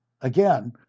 Again